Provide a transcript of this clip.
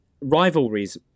Rivalries